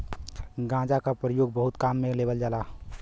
गांजा क परयोग बहुत काम में लेवल जाला